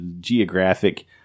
geographic